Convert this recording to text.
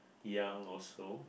young also